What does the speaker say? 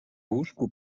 łóżku